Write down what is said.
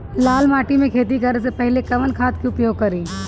लाल माटी में खेती करे से पहिले कवन खाद के उपयोग करीं?